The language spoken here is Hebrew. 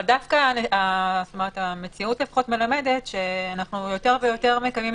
אבל דווקא המציאות מלמדת שאנחנו יותר ויותר מקיימים